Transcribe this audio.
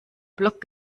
block